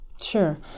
Sure